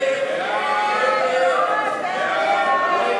ההסתייגות של קבוצת